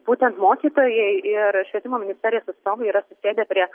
būtent mokytojai ir švietimo ministerijos atstovai yra susėdę prie